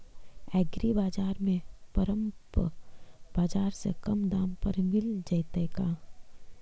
एग्रीबाजार में परमप बाजार से कम दाम पर मिल जैतै का?